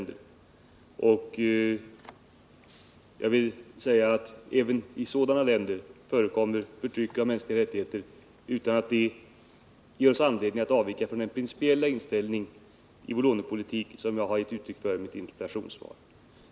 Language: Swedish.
Det förekommer i en hel del sådana länder förtryck av mänskliga rättigheter utan att det ger oss anledning att avvika från den principiella inställning i vår lånepolitik som jag i mitt interpellationssvar har givit uttryck för.